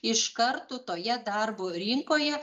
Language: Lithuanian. iš karto toje darbo rinkoje